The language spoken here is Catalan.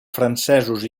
francesos